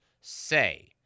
say